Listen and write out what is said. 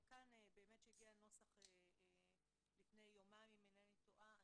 אבל כאן באמת שהגיע נוסח לפני יומיים אם אינני טועה.